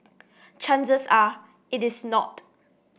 chances are it is not